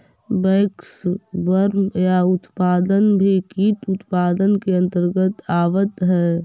waxworm का उत्पादन भी कीट उत्पादन के अंतर्गत आवत है